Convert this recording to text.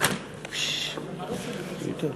אדוני היושב-ראש,